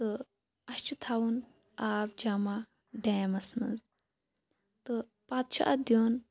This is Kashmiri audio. اَسہِ چھُ تھاوُن آب جمع ڈیمَس مَنٛز تہٕ پَتہٕ چھُ اَتھ دیُن